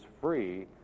free